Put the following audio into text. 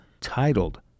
titled